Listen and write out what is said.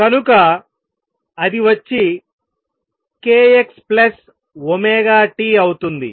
కనుక అది వచ్చి kxωtఅవుతుంది